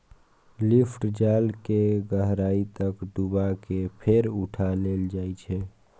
lift जाल कें गहराइ तक डुबा कें फेर उठा लेल जाइ छै